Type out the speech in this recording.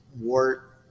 wart